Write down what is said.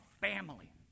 family